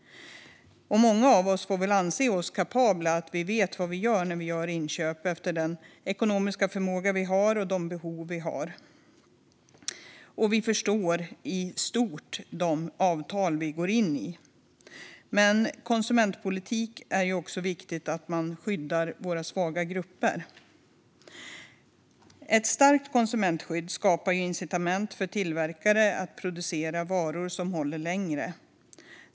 Och många av oss anser väl att vi vet vad vi gör när vi gör köp utifrån den ekonomiska förmåga vi har och de behov vi har. Och vi förstår i stort de avtal vi går in i. Men konsumentpolitik är också viktigt för att skydda våra svaga grupper. Ett starkt konsumentskydd skapar incitament för tillverkare att producera varor som håller längre.